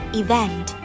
event